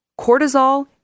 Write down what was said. Cortisol